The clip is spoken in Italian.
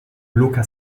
luca